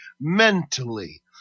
mentally